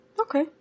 Okay